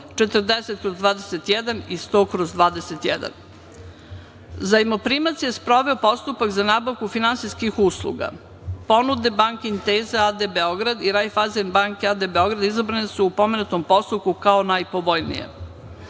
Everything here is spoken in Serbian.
40/21 i 100/21.Zajmoprimac je sproveo postupak za nabavku finansijskih usluga. Ponude „Banke Inteza“ A.D. Beograd i „Rajfajzen Banke“ A.D. Beograd izabrane su u pomenutom postupku kao najpovoljnije. Ugovorima